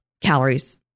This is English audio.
calories